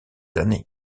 années